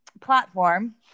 platform